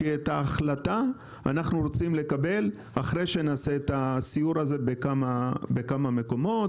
כי את ההחלטה אנחנו רוצים לקבל אחרי שנעשה את הסיור הזה בכמה מקומות,